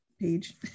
page